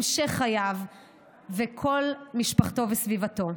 על המשך חייו ושל כל משפחתו וסביבתו.